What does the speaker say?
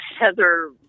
Heather